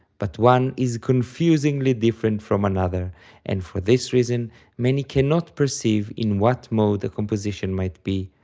but one is confusingly different from another and for this reason many cannot perceive in what mode a composition might be,